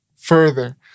further